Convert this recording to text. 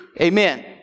Amen